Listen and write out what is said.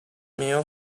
meal